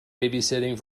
babysitting